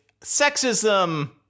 sexism